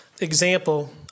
example